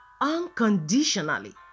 unconditionally